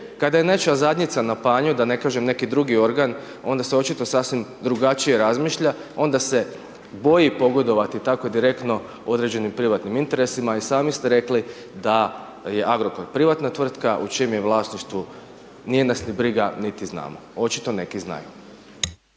Kada je nečija zadnjica na panju, da ne kažem neki drugi organ, onda se očito sasvim drugačije razmišlja, onda se boji pogodovati tako direktno određenim privatnim interesima. I sami ste rekli da je Agrokor privatna tvrtka u čijem je vlasništvu, nije nas ni briga niti znamo. Očito neki znaju.